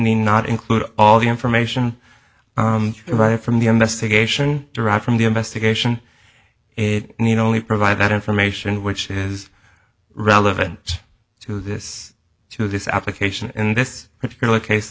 may not include all the information provided from the investigation derived from the investigation it need only provide that information which is relevant to this to this application in this particular case